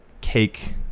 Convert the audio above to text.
cake